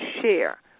share